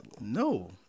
No